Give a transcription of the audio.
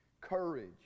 courage